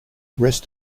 rest